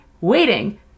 waiting